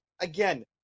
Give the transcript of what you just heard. again